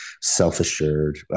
self-assured